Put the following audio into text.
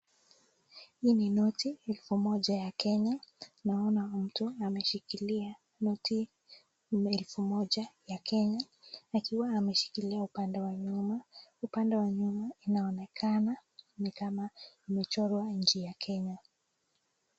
Hii ni noti ya elfu moja ya Kenya. Naona mtu ameshikilia noti ya elfu moja ya Kenya, akiwa ameshikilia upande wa nyuma. Upande wa nyuma inaonekana ni kama imechorwa nchi ya Kenya.